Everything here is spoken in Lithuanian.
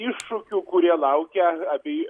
iššūkių kurie laukia abi